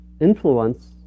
influence